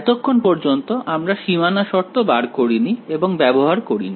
এতক্ষন পর্যন্ত আমরা সীমানা শর্ত বার করিনি এবং ব্যবহার করিনি